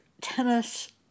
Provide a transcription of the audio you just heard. tennis